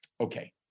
Okay